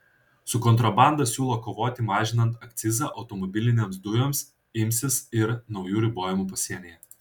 su kontrabanda siūlo kovoti mažinant akcizą automobilinėms dujoms imsis ir naujų ribojimų pasienyje